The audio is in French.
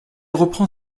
reprend